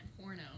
porno